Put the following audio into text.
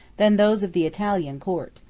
than those of the italian, court.